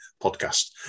podcast